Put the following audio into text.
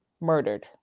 murdered